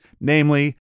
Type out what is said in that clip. namely